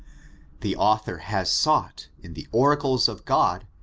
the author has sought, in the oracles of grod,